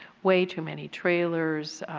way too many trailers,